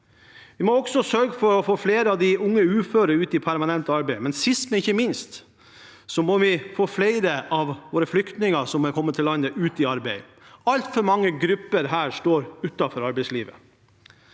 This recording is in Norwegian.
Vi må også sørge for å få flere av de unge uføre ut i permanent arbeid, og sist, men ikke minst må vi få flere av våre flyktninger som har kommet til landet, ut i arbeid. Altfor mange grupper her står utenfor arbeidslivet.